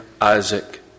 Isaac